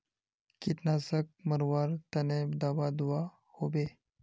कीटनाशक मरवार तने दाबा दुआहोबे?